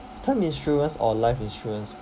term insurance or life insurance